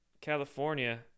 California